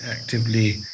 actively